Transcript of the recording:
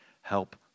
Help